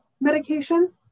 medication